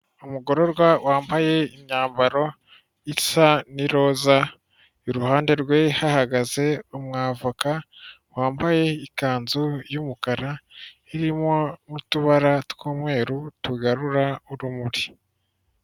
Umugororwa wambaye imyambaro isa n'iroza; iruhande rwe hahagaze umwavoka wambaye ikanzu y'umukara irimo n'utubara tw'umweru tugarura urumuri.